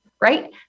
right